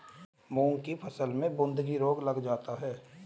मूंग की फसल में बूंदकी रोग लग जाता है